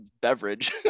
beverage